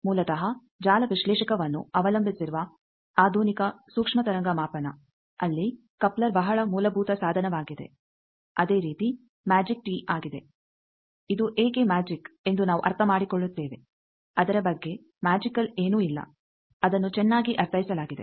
ಮೂಲತಃ ಜಾಲ ವಿಶ್ಲೇಷಕವನ್ನು ಅವಲಂಬಿಸಿರುವ ಆಧುನಿಕ ಸೂಕ್ಷ್ಮ ತರಂಗ ಮಾಪನ ಅಲ್ಲಿ ಕಪ್ಲರ್ ಬಹಳ ಮೂಲಭೂತ ಸಾಧನವಾಗಿದೆ ಅದೇ ರೀತಿ ಮ್ಯಾಜಿಕ್ ಟೀ ಆಗಿದೆ ಇದು ಏಕೆ ಮ್ಯಾಜಿಕ್ ಎಂದು ನಾವು ಅರ್ಥ ಮಾಡಿಕೊಳ್ಳುತ್ತೇವೆ ಅದರ ಬಗ್ಗೆ ಮ್ಯಾಜಿಕಲ್ ಏನೂ ಇಲ್ಲ ಅದನ್ನು ಚೆನ್ನಾಗಿ ಅರ್ಥೈಸಲಾಗಿದೆ